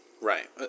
Right